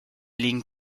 lignes